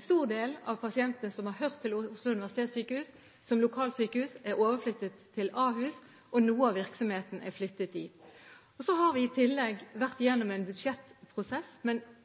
stor del av pasientene som har hørt til Oslo universitetssykehus som lokalsykehus, er overflyttet til Ahus, og noe av virksomheten er flyttet dit. Vi har i tillegg vært gjennom en budsjettprosess, men